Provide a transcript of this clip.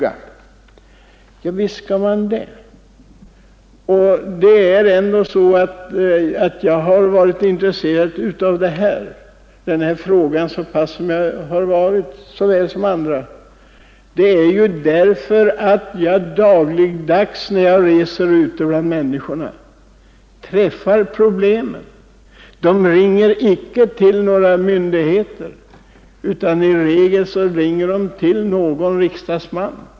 Att jag intresserat mig så mycket för denna fråga beror på att jag dagligdags när jag reser ute bland människorna träffar på problemen. Människorna ringer icke till några myndigheter, utan de tar kontakt med en riksdagsman.